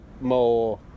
more